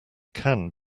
can